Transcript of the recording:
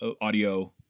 audio